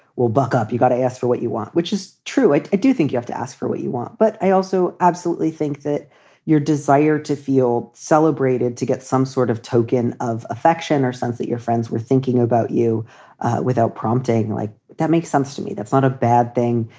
well, buck up. you got to ask for what you want, which is true. i do think you have to ask for what you want, but i also absolutely think that your desire to feel celebrated, to get some sort of token of affection or sense that your friends were thinking about you without prompting like that makes sense to me. that's not a bad thing.